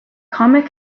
comic